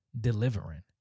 delivering